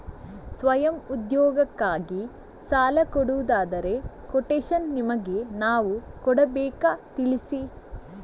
ಸ್ವಯಂ ಉದ್ಯೋಗಕ್ಕಾಗಿ ಸಾಲ ಕೊಡುವುದಾದರೆ ಕೊಟೇಶನ್ ನಿಮಗೆ ನಾವು ಕೊಡಬೇಕಾ ತಿಳಿಸಿ?